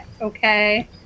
okay